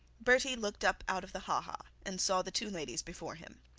bertie looked up out of the ha-ha, and saw the two ladies before him.